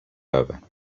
over